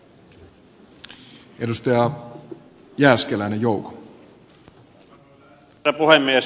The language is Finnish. arvoisa herra puhemies